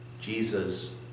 Jesus